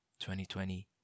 2020